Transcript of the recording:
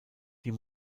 die